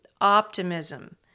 optimism